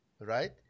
right